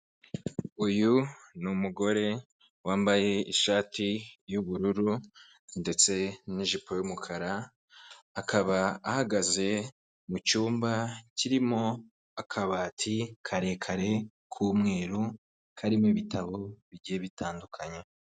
Uyu n'umugore wambaye ishati y'ubururu ndetse n'ijipo y'umukara, akaba ahagaze mu cyumba kirimo akabati karekare k'umweru karimo ibitabo bigiye bitandukanye.